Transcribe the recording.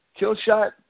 Killshot